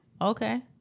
Okay